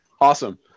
Awesome